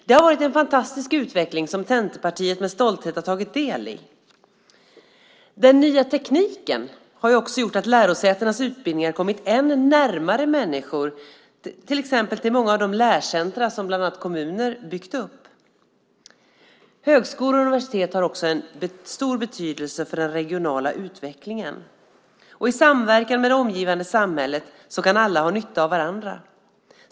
Det har varit en fantastisk utveckling som Centerpartiet med stolthet har tagit del i. Den nya tekniken har också gjort att lärosätenas utbildningar har kommit än närmare människor, till exempel till många av de lärcentrum som bland annat kommuner har byggt upp. Högskolor och universitet har också en stor betydelse för den regionala utvecklingen. I samverkan med det omgivande samhället kan alla ha nytta av varandra.